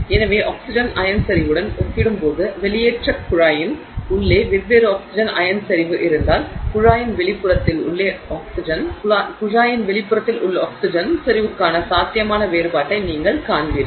எனவே oxygen ion செறிவுடன் ஒப்பிடும்போது வெளியேற்றக் குழாயின் உள்ளே வெவ்வேறு ஆக்ஸிஜன் அயன் செறிவு இருந்தால் குழாயின் வெளிப்புறத்தில் உள்ள ஆக்ஸிஜன் செறிவுக்கான சாத்தியமான வேறுபாட்டை நீங்கள் காண்பீர்கள்